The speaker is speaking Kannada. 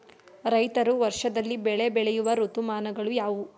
ರೈತರು ವರ್ಷದಲ್ಲಿ ಬೆಳೆ ಬೆಳೆಯುವ ಋತುಮಾನಗಳು ಯಾವುವು?